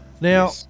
Now